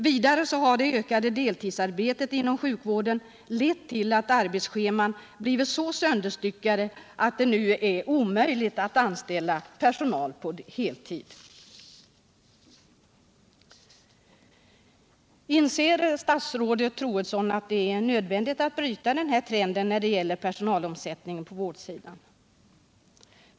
Vidare har det ökade deltidsarbetet inom sjukvården lett till att arbetscheman blivit så sönderstyckade att det blir omöjligt att anställa personal på heltid. Inser statsrådet Troedsson att det är nödvändigt att bryta denna trend när det gäller personalomsättningen på vårdsidan?